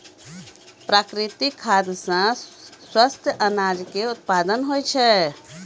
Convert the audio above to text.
प्राकृतिक खाद सॅ स्वस्थ अनाज के उत्पादन होय छै